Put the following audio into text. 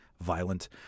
violent